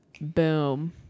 Boom